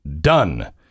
Done